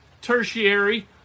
tertiary